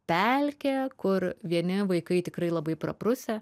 pelkė kur vieni vaikai tikrai labai praprusę